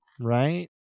right